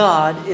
God